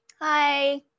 Hi